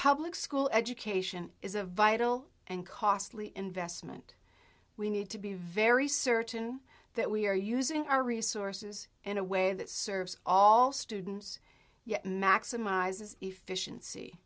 public school education is a vital and costly investment we need to be very certain that we are using our resources in a way that serves all students yet maximizes efficiency